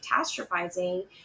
catastrophizing